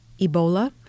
Ebola